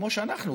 כמו שאנחנו,